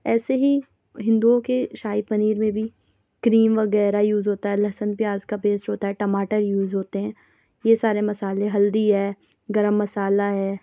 ایسی ہی ہندوؤں کے شاہی پنیر میں بھی کریم وغیرہ یوز ہوتا ہے لہسن پیاز کا پیسٹ ہوتا ہے ٹماٹر یوز ہوتے ہیں یہ سارے مسالے ہلدی ہے گرم مسالہ ہے